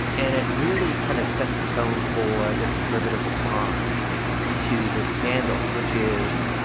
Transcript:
and it really kind of set the tone for the conservative response to this scandal, which is.